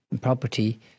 property